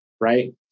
right